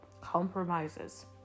Compromises